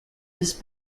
his